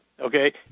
okay